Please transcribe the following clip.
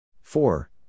Four